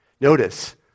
Notice